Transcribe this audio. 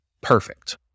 perfect